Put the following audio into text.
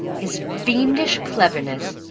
his fiendish cleverness!